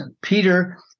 Peter